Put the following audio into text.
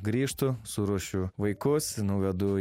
grįžtu suruošiu vaikus nuvedu